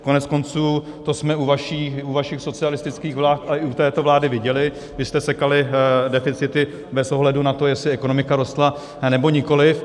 Koneckonců, to jsme u vašich socialistických vlád, ale i u této vlády viděli, kdy jste sekali deficity bez ohledu na to, jestli ekonomika rostla, nebo nikoliv.